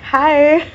hi